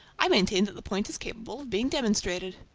i maintain that the point is capable of being demonstrated.